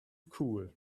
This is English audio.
cool